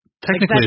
Technically